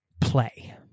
play